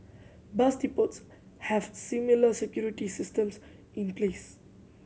bus depots have similar security systems in place